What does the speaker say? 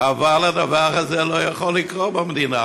אבל הדבר הזה לא יכול לקרות במדינה.